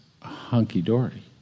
hunky-dory